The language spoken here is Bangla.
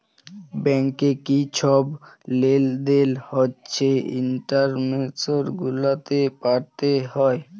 ব্যাংকে কি ছব লেলদেল হছে ইস্ট্যাটমেল্ট গুলাতে পাতে হ্যয়